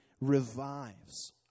revives